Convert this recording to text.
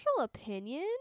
opinion